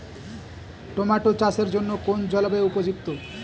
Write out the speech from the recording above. Tomato চাষের জন্য কোন জলবায়ু উপযুক্ত?